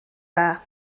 dda